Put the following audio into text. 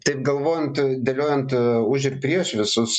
taip galvojant dėliojant už ir prieš visus